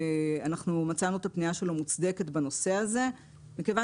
מצאנו את הפנייה שלו מוצדקת בנושא הזה מכיוון